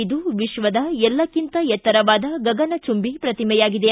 ಇದು ವಿಶ್ವದ ಎಲ್ಲಕ್ಕಿಂತ ಎತ್ತರವಾದ ಗಗನಚುಂಬಿ ಪ್ರತಿಮೆಯಾಗಿದೆ